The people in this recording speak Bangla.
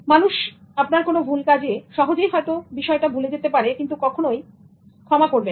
মানুষ আপনার কোনো ভুল কাজে সহজেই হয়তো বিষয়টা ভুলে যেতে পারে কিন্তু কখনোই ক্ষমা করবে না